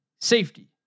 safety